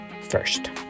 first